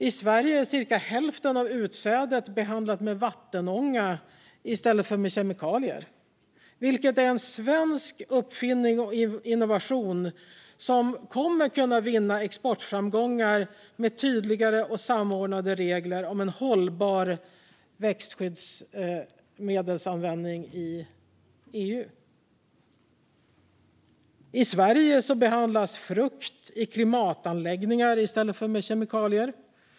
I Sverige är cirka hälften av utsädet behandlat med vattenånga i stället för med kemikalier, vilket är en svensk uppfinning och innovation som kommer att kunna vinna exportframgångar med tydliga och samordnade regler för en hållbar växtskyddsmedelsanvändning i EU. I Sverige behandlas frukt i klimatanläggningar i stället för med kemikalier.